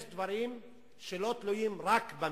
יש דברים שלא תלויים רק במשטרה.